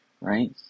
right